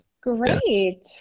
great